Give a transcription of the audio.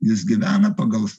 jis gyvena pagal